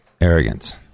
Arrogance